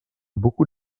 beaucoup